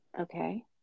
okay